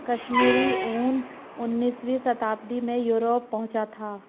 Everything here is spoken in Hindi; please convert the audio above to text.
कश्मीरी ऊन उनीसवीं शताब्दी में यूरोप पहुंचा था